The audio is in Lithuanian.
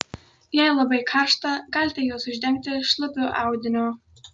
jei labai karšta galite juos uždengti šlapiu audiniu